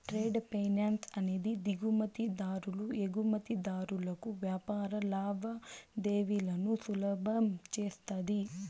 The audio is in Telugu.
ట్రేడ్ ఫైనాన్స్ అనేది దిగుమతి దారులు ఎగుమతిదారులకు వ్యాపార లావాదేవీలను సులభం చేస్తది